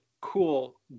cool